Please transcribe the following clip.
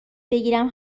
بگیرم